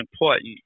important